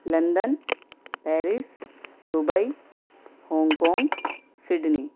London Paris Dubai Hong Kong Sydney